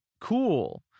cool